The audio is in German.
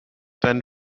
deinen